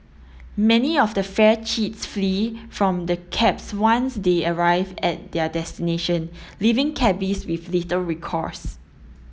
many of the fare cheats flee from the cabs once they arrive at their destination leaving cabbies with little recourse